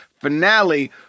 finale